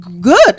good